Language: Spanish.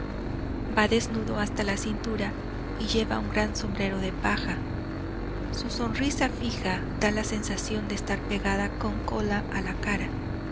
va desnudo hasta la cintura y lleva un gran sombrero de paja su sonrisa fija da la sensación de estar pegada con cola a la cara